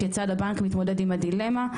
כיצד הבנק מתמודד עם הדילמה?